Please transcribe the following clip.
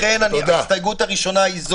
לכן אדוני, זאת ההסתייגות הראשונה.